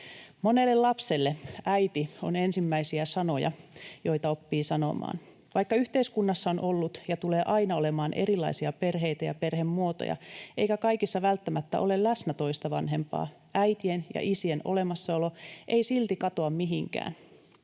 Monelle lapselle ”äiti” on ensimmäisiä sanoja, joita oppii sanomaan. Vaikka yhteiskunnassa on ollut ja tulee aina olemaan erilaisia perheitä ja perhemuotoja eikä kaikissa välttämättä ole läsnä toista vanhempaa, äitien ja isien olemassaolo ei silti katoa mihinkään.